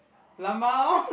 lmao